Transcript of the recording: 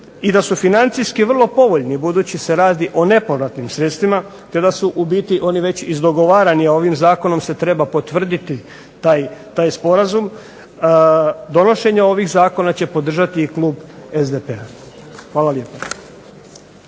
i da su financijski vrlo povoljni budući se radi o nepovratnim sredstvima te da su u biti oni već izdogovarani. Ovim zakonom se treba potvrditi taj sporazum. Donošenje ovih zakona će podržati i klub SDP-a. Hvala lijepo.